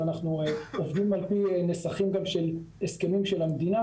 ואנחנו עובדים על פי נסחים גם של הסכמים של המדינה.